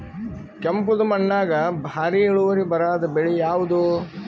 ಕೆಂಪುದ ಮಣ್ಣಾಗ ಭಾರಿ ಇಳುವರಿ ಬರಾದ ಬೆಳಿ ಯಾವುದು?